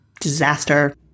disaster